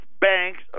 banks